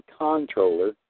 controller